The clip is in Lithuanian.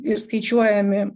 ir skaičiuojami